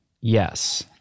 Yes